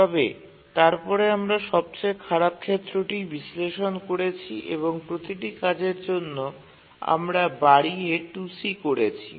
তবে তারপরে আমরা সবচেয়ে খারাপ ক্ষেত্রটি বিশ্লেষণ করেছি এবং প্রতিটি কাজের জন্য আমরা বাড়িয়ে 2c করেছি